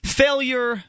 failure